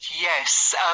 yes